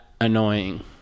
annoying